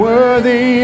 worthy